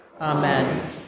Amen